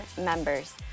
members